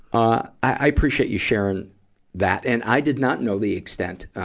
i, i appreciate you sharing that. and i did not know the extent